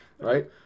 Right